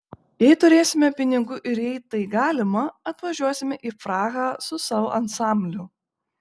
jei turėsime pinigų ir jei tai galima atvažiuosime į prahą su savo ansambliu